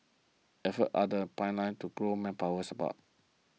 efforts are the pipeline to grow manpower support